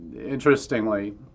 interestingly